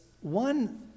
one